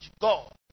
God